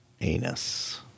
anus